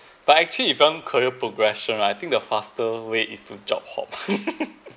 but actually even career progression right I think the faster way is to job hop